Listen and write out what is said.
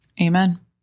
Amen